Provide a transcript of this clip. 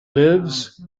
lives